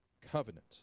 covenant